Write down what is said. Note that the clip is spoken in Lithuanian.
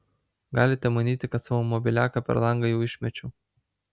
galite manyti kad savo mobiliaką per langą jau išmečiau